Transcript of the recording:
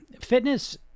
fitness